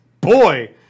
Boy